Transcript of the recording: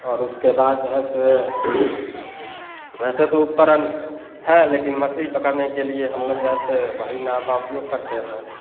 और उसके बाद जे है से वैसे तो उपकरण है लेकिन मछली पकड़ने के लिए हम लोग जे है से वही नाव का उपयोग करते हैं